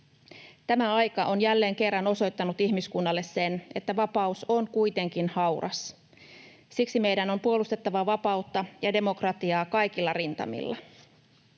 Tämä aika on jälleen kerran osoittanut ihmiskunnalle sen, että vapaus on kuitenkin hauras. Siksi meidän on puolustettava vapautta ja demokratiaa kaikilla rintamilla.